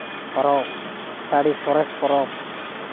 ᱯᱚᱨᱚᱵᱽ ᱟᱹᱰᱤ ᱥᱚᱨᱮᱥ ᱯᱚᱨᱚᱵᱽ